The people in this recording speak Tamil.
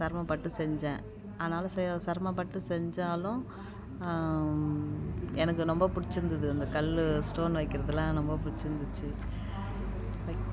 சிரமப்பட்டு செஞ்சேன் ஆனாலும் செ சிரமப்பட்டு செஞ்சாலும் எனக்கு ரொம்ப பிடிச்சிருந்துது அந்த கல்லு ஸ்டோன்னு வைக்கிறதுலாம் ரொம்ப பிடிச்சிருந்துச்சி வைக்